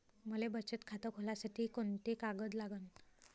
मले बचत खातं खोलासाठी कोंते कागद लागन?